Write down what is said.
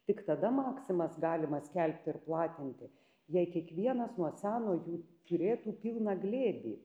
tik tada maksimas galima skelbti ir platinti jei kiekvienas nuo seno jų turėtų pilną glėbį